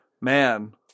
man